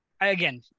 again